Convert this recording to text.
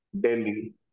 Delhi